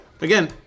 again